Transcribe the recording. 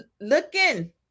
looking